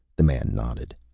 the man nodded.